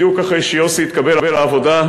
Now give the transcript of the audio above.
בדיוק אחרי שיוסי איתן התקבל לעבודה,